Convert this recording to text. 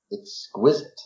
exquisite